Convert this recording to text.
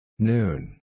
Noon